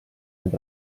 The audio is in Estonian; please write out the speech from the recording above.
need